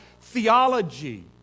theology